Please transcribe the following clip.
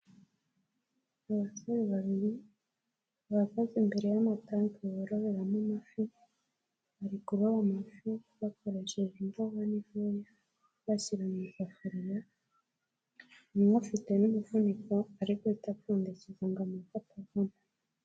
Abasore babiri bahagaze imbere y'amatanki bororeramo amafi. Bari kuroba amafi bakoresheje indobani ntoya, bashyira mu isafuriya. Umwe afite n'umufuniko ari guhita apfundikiza ngo amafi atavamo.